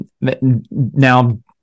now